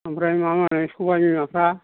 आमफ्राय माहोनो सबाइ बिमाफ्रा